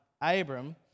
Abram